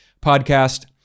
podcast